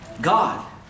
God